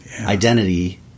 identity